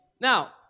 Now